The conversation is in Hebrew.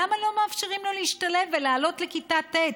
למה לא מאפשרים לו להשתלב ולעלות לכיתה ט'?